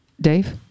Dave